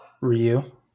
ryu